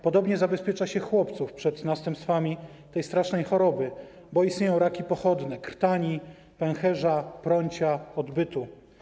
Podobnie zabezpiecza się chłopców przed następstwami tej strasznej choroby, bo istnieją raki pochodne: krtani, pęcherza, prącia, odbytu.